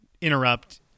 Interrupt